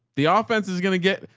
the offense is going to get,